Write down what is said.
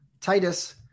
Titus